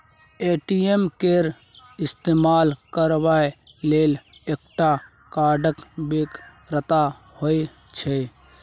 ATM केर इस्तेमाल करबाक लेल एकटा कार्डक बेगरता होइत छै